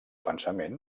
pensament